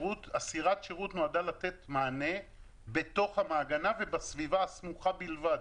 סירת השירות נועדה לתת מענה בתוך המעגנה ובסביבה הסמוכה בלבד.